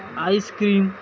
ice cream